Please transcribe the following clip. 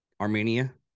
Armenia